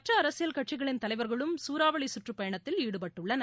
மற்ற அரசியல் கட்சிகளின் தலைவர்களும் சூறாவளி சுற்றப் பயணத்தில் ாடுபட்டுள்ளனர்